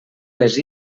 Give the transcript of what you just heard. les